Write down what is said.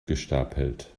gestapelt